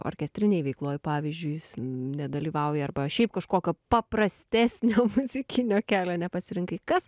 orkestrinėj veikloj pavyzdžiui nedalyvauji arba šiaip kažkokio paprastesnio muzikinio kelio nepasirinkai kas